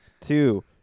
two